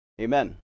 amen